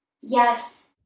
Yes